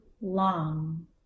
long